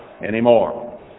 anymore